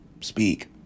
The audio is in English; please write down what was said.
Speak